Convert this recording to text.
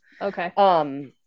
Okay